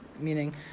Meaning